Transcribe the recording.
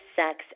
sex